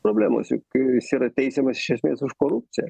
problemos juk jis yra teisiamas iš esmės už korupciją